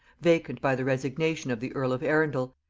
vacant by the resignation of the earl of arundel,